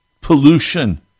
pollution